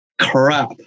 crap